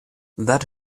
that